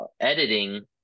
editing